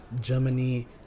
Germany